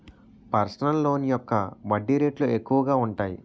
personal loan యొక్క వడ్డీ రేట్లు ఎక్కువగా ఉంటాయి